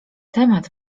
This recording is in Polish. temat